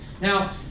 Now